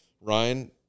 Ryan